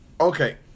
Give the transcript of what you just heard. okay